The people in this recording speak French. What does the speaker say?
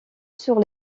sur